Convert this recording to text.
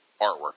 artwork